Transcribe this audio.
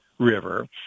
river